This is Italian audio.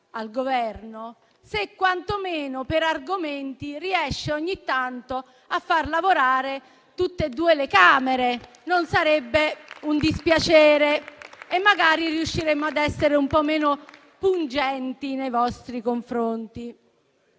al Governo: se, quantomeno per argomenti, riuscisse ogni tanto a far lavorare tutte e due le Camere, non sarebbe un dispiacere; e magari così riusciremmo ad essere un po' meno pungenti nei vostri confronti,